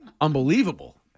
unbelievable